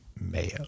mayo